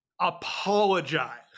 apologize